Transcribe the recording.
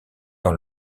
pour